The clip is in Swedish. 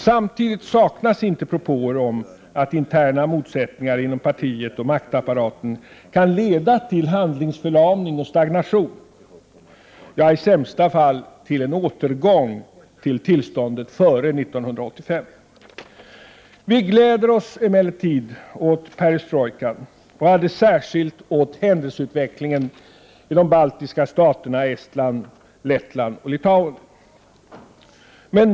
Samtidigt saknas inte propåer om att interna motsättningar inom partiet och maktapparaten kan leda till handlingsförlamning och stagnation, ja, i sämsta fall till en återgång till tillståndet före 1985. Vi gläder oss emellertid åt perestrojka och alldeles särskilt åt händelseutvecklingen i de baltiska staterna Estland, Lettland och Litauen.